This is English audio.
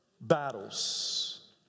battles